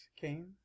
came